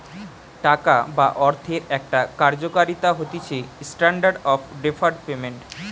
টাকা বা অর্থের একটা কার্যকারিতা হতিছেস্ট্যান্ডার্ড অফ ডেফার্ড পেমেন্ট